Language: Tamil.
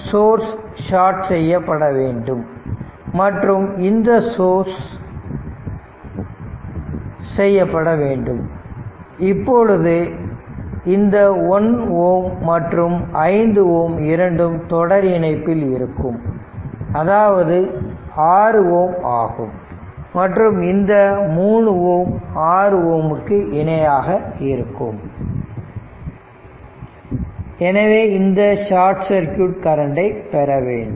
இங்கு இந்த சோர்ஸ் ஷார்ட் செய்யப்பட வேண்டும் மற்றும் இந்த சோர்ஸ் செய்யப்பட வேண்டும் இப்பொழுது இந்த 1 Ω மற்றும் 5 Ω இரண்டும் தொடர் இணைப்பில் இருக்கும் அதாவது 6Ω ஆகும் மற்றும் இந்த 3 Ω 6Ω இக்கு இணையாக இருக்கும் எனவே இந்த ஷார்ட் சர்க்யூட் கரண்டை பெறவேண்டும்